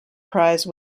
prize